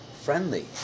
friendly